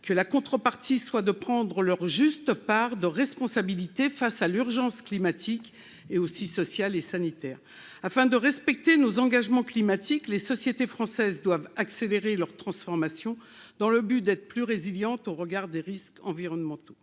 qui en bénéficient prennent leur juste part de responsabilité face à l'urgence climatique, sociale et sanitaire. Afin de respecter nos engagements climatiques, les sociétés françaises doivent accélérer leur transformation dans le but d'être plus résilientes vis-à-vis des risques environnementaux.